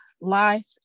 Life